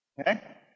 Okay